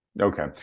Okay